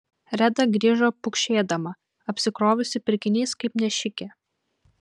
reda grįžo pukšėdama apsikrovusi pirkiniais kaip nešikė